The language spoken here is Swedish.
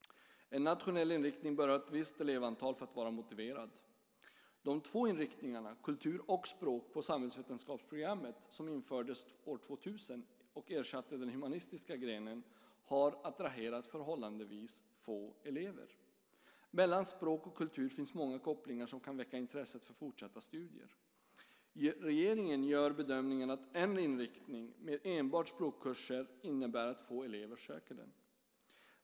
En nationell inriktning bör ha ett visst elevantal för att vara motiverad. De två inriktningarna kultur och språk på samhällsvetenskapsprogrammet, som infördes 2000 och ersatte den humanistiska grenen, har attraherat förhållandevis få elever. Mellan språk och kultur finns många kopplingar som kan väcka intresset för fortsatta studier. Regeringen gör bedömningen att en inriktning med enbart språkkurser innebär att få elever söker den.